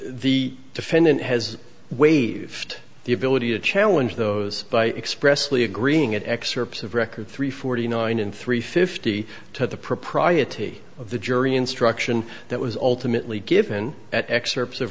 the defendant has waived the ability to challenge those by expressly agreeing at excerpts of record three forty nine and three fifty to the propriety of the jury instruction that was ultimately given excerpts of